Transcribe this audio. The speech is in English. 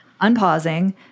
unpausing